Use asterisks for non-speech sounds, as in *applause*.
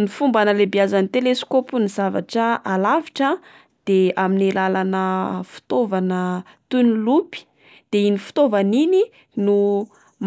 Ny fomba hanalebiazan'ny teleskaopy ny zavatra alavitra de amin'ny alalana *hesitation* fitaovana *hesitation* toy ny lopy de iny fitaovana iny no